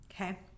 Okay